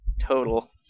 total